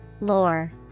Lore